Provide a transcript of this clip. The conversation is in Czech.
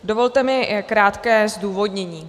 Dovolte mi krátké zdůvodnění.